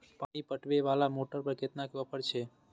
पानी पटवेवाला मोटर पर केतना के ऑफर छे?